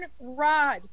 rod